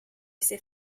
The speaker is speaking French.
ses